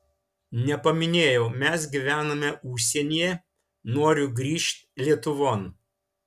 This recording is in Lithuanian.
nepaminėjau mes gyvename užsienyje noriu grįžt lietuvon